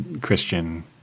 Christian